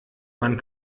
man